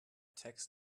tax